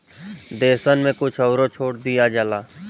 देसन मे कुछ अउरो छूट दिया जाला